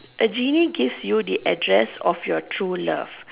a genie gives you an address of your true love